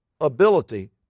ability